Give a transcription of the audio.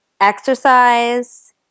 exercise